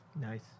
Nice